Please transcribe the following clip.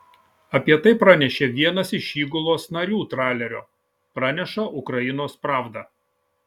apie tai pranešė vienas iš įgulos narių tralerio praneša ukrainos pravda